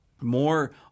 More